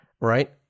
right